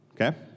Okay